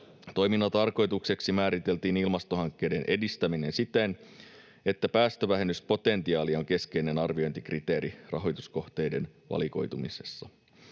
Toiminnan tarkoitukseksi määritettiin ilmastohankkeiden edistäminen siten, että päästövähennyspotentiaali on keskeinen arviointikriteeri rahoituskohteiden valikoitumisessa.